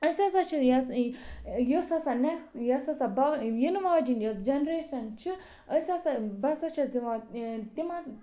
اَسہِ ہَسا چھِ یہِ یۄس ہَسا نیکس یۄس ہَسا با یِنہٕ واجٮ۪ن ٲس جَنریشَن چھِ أسۍ ہَسا بہٕ ہَسا چھَس دِوان تِمن